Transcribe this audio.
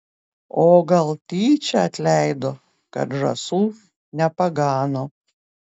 o gal tyčia atleido kad žąsų nepagano